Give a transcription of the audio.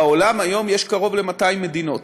בעולם היום יש קרוב ל-200 מדינות,